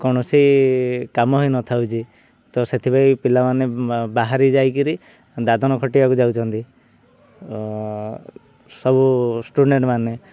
କୌଣସି କାମ ହେଇ ନ ଥାଉଛି ତ ସେଥିପାଇଁ ପିଲାମାନେ ବାହାରି ଯାଇକିରି ଦାଦନ ଖଟିବାକୁ ଯାଉଛନ୍ତି ସବୁ ଷ୍ଟୁଡ଼େଣ୍ଟ ମାନେ